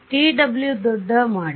ಆದ್ದರಿಂದ tw ದೊಡ್ಡ ಮಾಡಿ